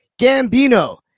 Gambino